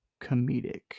comedic